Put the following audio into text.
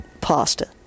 pasta